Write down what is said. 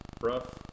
rough